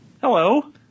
Hello